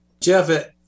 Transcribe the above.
Jeff